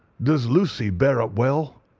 does lucy bear up well?